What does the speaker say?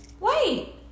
wait